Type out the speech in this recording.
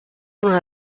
una